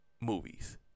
Movies